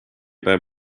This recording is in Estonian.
päev